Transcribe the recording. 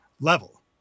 level